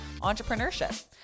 entrepreneurship